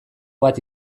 bat